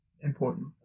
important